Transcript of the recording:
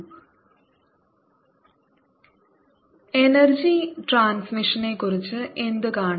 ERn1 n2n1n2EI ET2n1n1n2EI energy ട്രാൻസ്മിഷനെക്കുറിച്ച് എന്ത് കാണുന്നു